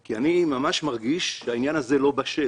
כי אני ממש מרגיש שהעניין הזה לא בשל.